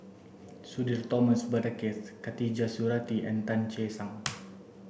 Sudhir Thomas Vadaketh Khatijah Surattee and Tan Che Sang